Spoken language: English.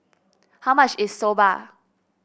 how much is Soba